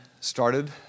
started